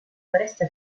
foresta